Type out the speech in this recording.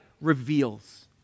reveals